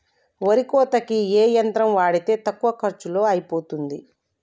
వరి కోతకి ఏ యంత్రం వాడితే తక్కువ ఖర్చులో అయిపోతుంది?